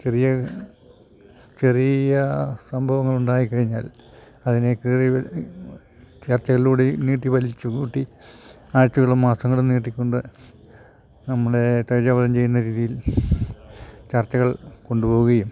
ചെറിയ ചെറിയ സംഭവങ്ങളുണ്ടായി കഴിഞ്ഞാൽ അതിനെ കീറി ചർച്ചകളിലൂടെയും നീട്ടി വലിച്ചു കൂട്ടി ആഴ്ചകളും മാസങ്ങളും നീട്ടിക്കൊണ്ട് നമ്മളെ തേജോവധം ചെയ്യുന്ന രീതിയിൽ ചർച്ചകൾ കൊണ്ട് പോവുകയും